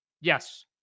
Yes